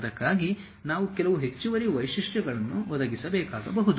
ಅದಕ್ಕಾಗಿ ನಾವು ಕೆಲವು ಹೆಚ್ಚುವರಿ ವೈಶಿಷ್ಟ್ಯಗಳನ್ನು ಒದಗಿಸಬೇಕಾಗಬಹುದು